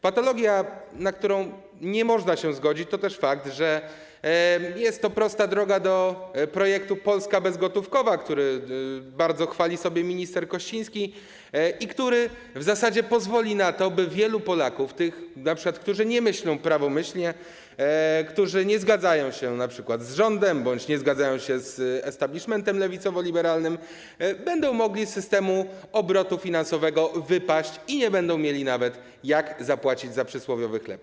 Patologia, na którą nie można się zgodzić, to też fakt, że jest to prosta droga do projektu „Polska bezgotówkowa”, który bardzo chwali sobie minister Kościński i który w zasadzie pozwoli na to, że wielu Polaków, np. tych, którzy nie myślą prawomyślnie, którzy nie zgadzają się np. z rządem bądź z establishmentem lewicowo-liberalnym, będzie mogło z systemu obrotu finansowego wypaść i nie będzie miało nawet jak zapłacić za przysłowiowy chleb.